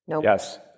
Yes